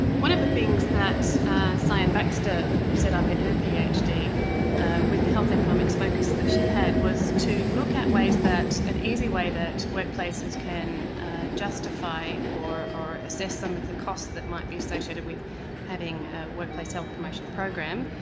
one of the things that siyan baxter set up in her phd, with the health economics focus that she had, was to look at ways that, an easy way that workplaces can justify or assess some of the costs that might be associated with having a workplace health promotion program,